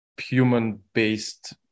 human-based